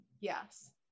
Yes